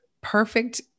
perfect